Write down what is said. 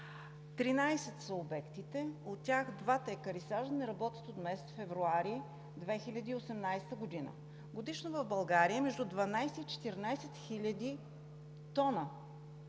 са обектите, от тях двата екарисажа не работят от месец февруари 2018 г. Годишно в България между 12 и 14 хиляди тона